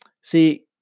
See